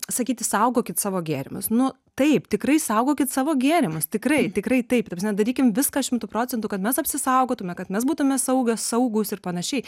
sakyti saugokit savo gėrimus nu taip tikrai saugokit savo gėrimus tikrai tikrai taip ta prasme darykim viską šimtu procentų kad mes apsisaugotume kad mes būtume saugios saugūs ir panašiai